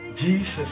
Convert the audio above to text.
Jesus